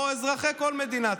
או אזרחי כל מדינה,